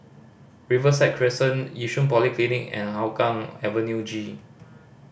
Riverside Crescent Yishun Polyclinic and Hougang Avenue G